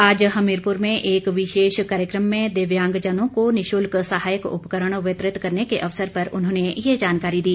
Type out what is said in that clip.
आज हमीरपुर में एक विशेष कार्यक्रम में दिव्यांगजनों को निशुल्क सहायक उपकरण वितरित करने के अवसर पर उन्होंने ये जानकारी दी